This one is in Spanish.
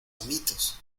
amitos